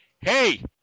hey